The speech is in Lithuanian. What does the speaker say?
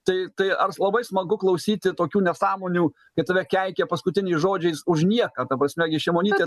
tai tai labai smagu klausyti tokių nesąmonių kai tave keikia paskutiniais žodžiais už nieką ta prasme gi šimonytė